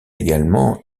également